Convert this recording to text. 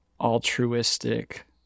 altruistic